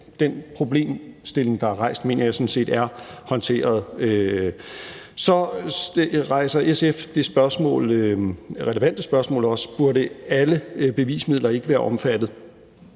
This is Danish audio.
den problemstilling, der er rejst, mener jeg sådan set er håndteret. Så rejser SF også det relevante spørgsmål, om alle bevismidler ikke burde være omfattet.